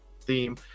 theme